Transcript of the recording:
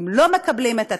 אם הם לא מקבלים טיפול,